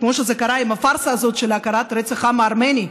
כמו שקרה עם הפארסה הזאת של הכרת רצח העם הארמני.